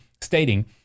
stating